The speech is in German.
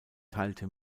teilte